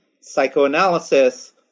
psychoanalysis